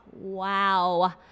wow